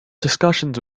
discussions